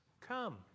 come